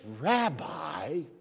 rabbi